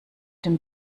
dem